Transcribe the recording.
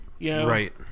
Right